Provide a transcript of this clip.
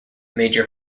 major